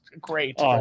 great